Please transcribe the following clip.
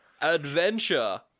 Adventure